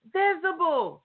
visible